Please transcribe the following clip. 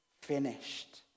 finished